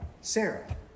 Sarah